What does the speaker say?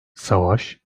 savaş